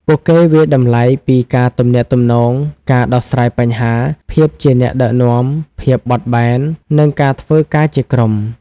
ពួកគេវាយតម្លៃពី ការទំនាក់ទំនង ការដោះស្រាយបញ្ហា ភាពជាអ្នកដឹកនាំ ភាពបត់បែន និងការធ្វើការជាក្រុម។